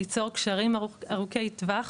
ליצור קשרים ארוכי טווח